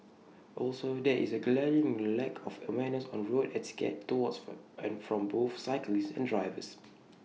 also there is A glaring lack of awareness on road etiquette towards and from both cyclists and drivers